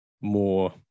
more